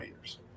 years